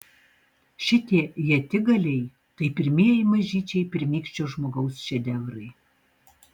šitie ietigaliai tai pirmieji mažyčiai pirmykščio žmogaus šedevrai